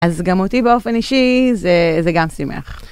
אז גם אותי באופן אישי זה גם שימח.